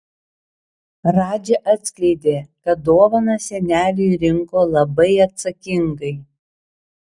radži atskleidė kad dovaną seneliui rinko labai atsakingai